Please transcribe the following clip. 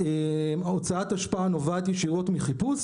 הוצאת האשפה נובעת ישירות מחיפוש,